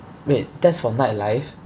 wait that's for nightlife